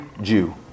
Jew